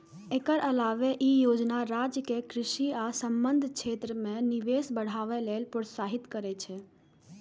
एकर अलावे ई योजना राज्य कें कृषि आ संबद्ध क्षेत्र मे निवेश बढ़ावे लेल प्रोत्साहित करै छै